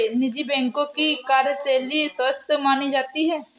निजी बैंकों की कार्यशैली स्वस्थ मानी जाती है